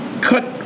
cut